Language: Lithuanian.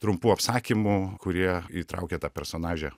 trumpų apsakymų kurie įtraukia tą personažę